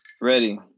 Ready